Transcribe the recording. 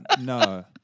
No